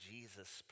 Jesus